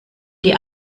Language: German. die